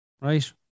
right